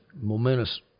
momentous